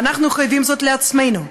ואנחנו חייבים זאת לעצמנו,